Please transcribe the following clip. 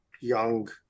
young